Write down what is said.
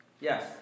Yes